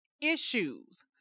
issues